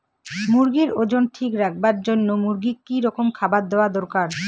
মুরগির ওজন ঠিক রাখবার জইন্যে মূর্গিক কি রকম খাবার দেওয়া দরকার?